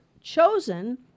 chosen